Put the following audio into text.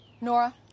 Nora